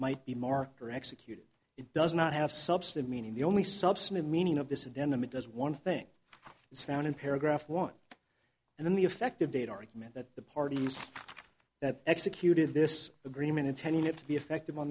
might be marked or executed it does not have substance meaning the only substantive meaning of this adenoma does one thing it's found in paragraph one and then the effective date argument that the party that executed this agreement intending it to be effective on